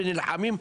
ונלחמים?